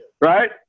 Right